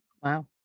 Wow